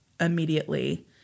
immediately